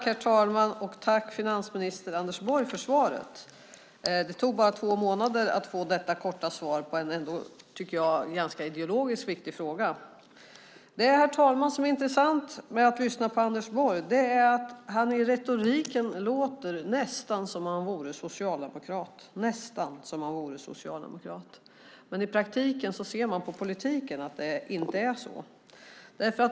Herr talman! Jag tackar finansminister Anders Borg för svaret. Det tog bara två månader att få detta korta svar på en ideologiskt ganska viktig fråga. Herr talman! Det som är intressant med att lyssna på Anders Borg är att han i retoriken låter nästan som om han vore socialdemokrat. Men i praktiken ser man på politiken att det inte är så.